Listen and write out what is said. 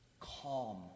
calm